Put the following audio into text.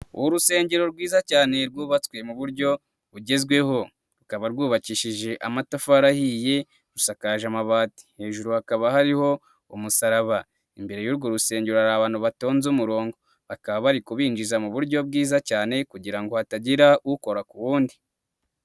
Urusengero rwiza cyane rwubatswe mu buryo bugezweho, rukaba rwubakishije amatafari ahiye rusakaje amabati. Hejuru hakaba hariho umusaraba, imbere y'urwo rusengero hari abantu batonze umurongo bakaba bari kubinjiza mu buryo bwiza cyane kugira ngo hatagira ukora ku wundi.